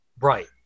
Right